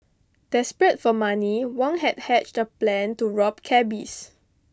desperate for money Wang had hatched a plan to rob cabbies